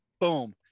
Boom